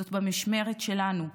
זאת של המשמרת שלנו,